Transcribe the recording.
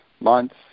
months